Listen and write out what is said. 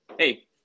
Hey